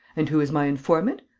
and who is my informant?